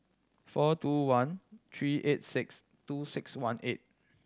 four two one three eight six two six one eight